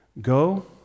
Go